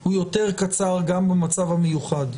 הוא יותר קצר גם במצב המיוחד.